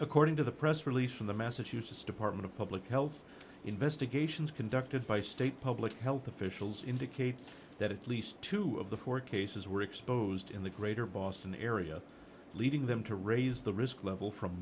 according to the press release from the massachusetts department of public health investigations conducted by state public health officials indicate that at least two of the four cases were exposed in the greater boston area leading them to raise the risk level from